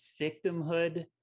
victimhood